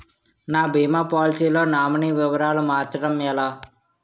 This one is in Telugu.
నా భీమా పోలసీ లో నామినీ వివరాలు మార్చటం ఎలా?